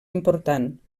important